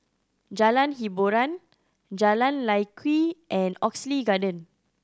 Jalan Hiboran Jalan Lye Kwee and Oxley Garden